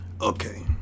Okay